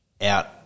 out